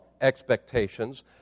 expectations